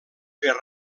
fer